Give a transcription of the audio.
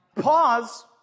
pause